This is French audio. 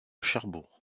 cherbourg